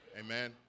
Amen